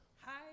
Hi